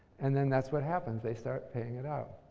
and then that's what happens, they start paying it out.